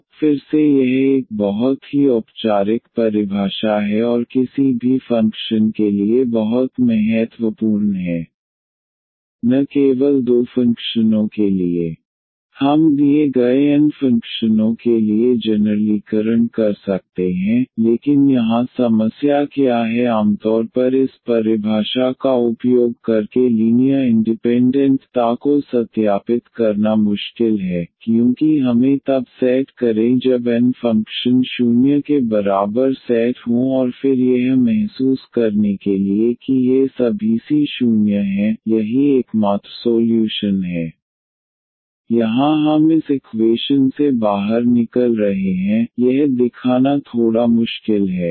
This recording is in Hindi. तो फिर से यह एक बहुत ही औपचारिक परिभाषा है और किसी भी फंक्शन के लिए बहुत महत्वपूर्ण है न केवल दो फंक्शनों के लिए हम दिए गए n फंक्शनों के लिए जनरल ीकरण कर सकते हैं लेकिन यहाँ समस्या क्या है आमतौर पर इस परिभाषा का उपयोग करके लीनियर इंडिपेंडेंट ता को सत्यापित करना मुश्किल है क्योंकि हमें करना है तब सेट करें जब n फ़ंक्शन 0 के बराबर सेट हों और फिर यह महसूस करने के लिए कि ये सभी c 0 हैं यही एकमात्र सोल्यूशन है यहाँ हम इस इकवेशन से बाहर निकल रहे हैं यह दिखाना थोड़ा मुश्किल है